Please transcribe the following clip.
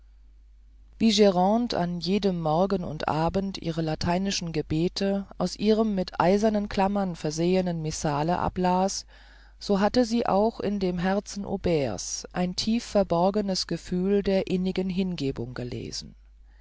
wie grande an jedem morgen und abend ihre lateinischen gebete aus ihrem mit eisernen klammern versehenen missale ablas so hatte sie auch in dem herzen aubert's ein tief verborgenes gefühl der innigen hingebung gelesen